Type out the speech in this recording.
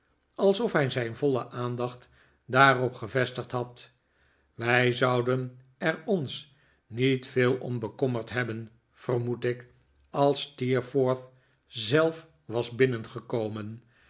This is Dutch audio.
alsof hij zijn voile aandacht daarop gevestigd had wij zouden er ons niet veel om bekommerd hebben vermoed ik als steerforth zelf was binnengekomen